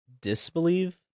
disbelieve